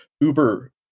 uber